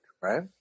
right